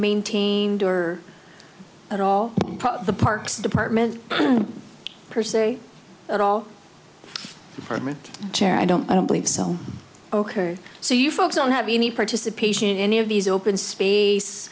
maintained or at all the parks department per se at all from the chair i don't i don't believe so ok so you folks don't have any participation in any of these open space